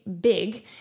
big